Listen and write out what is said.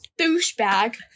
douchebag